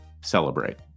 celebrate